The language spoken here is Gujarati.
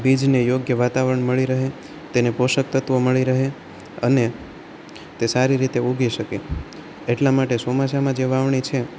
બીજને યોગ્ય વાતાવરણ મળી રહે તેને પોષકતત્વો મળી રહે અને તે સારી રીતે ઊગી શકે એટલા માટે ચોમાસાંમાં જે વાવણી છે